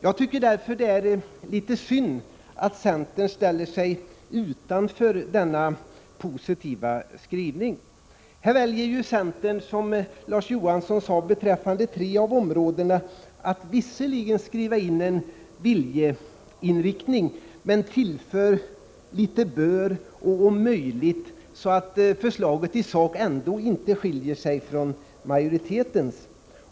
Jag tycker därför att det är litet synd att centern ställer sig vid sidan av denna positiva skrivning. Centern väljer att, som Larz Johansson sade, beträffande tre av områdena visserligen skriva in en viljeinriktning men tillför uttryck som ”bör” och ”om möjligt”, så att förslaget i sak inte kommer att skilja sig från majoritetens.